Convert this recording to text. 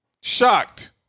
Shocked